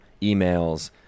emails